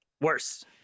Worse